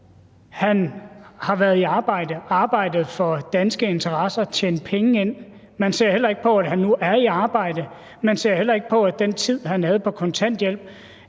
han har været i arbejde og arbejdet for danske interesser og tjent penge ind. Man ser heller ikke på, at han nu er i arbejde. Man ser heller ikke på, at den tid, han havde på kontanthjælp,